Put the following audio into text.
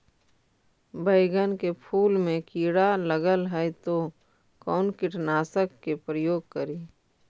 बैगन के फुल मे कीड़ा लगल है तो कौन कीटनाशक के प्रयोग करि?